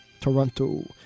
Toronto